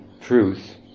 truth